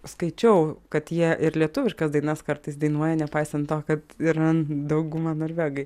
skaičiau kad jie ir lietuviškas dainas kartais dainuoja nepaisant to kad yra dauguma norvegai